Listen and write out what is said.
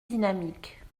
dynamiques